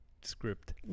script